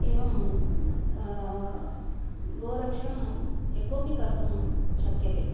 एवं गोरक्षणं यः कोपि कर्तुं शक्यते